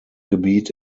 gebiet